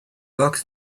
box